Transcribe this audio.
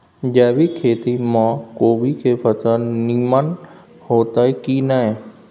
जैविक खेती म कोबी के फसल नीमन होतय की नय?